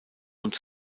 und